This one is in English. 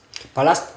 but last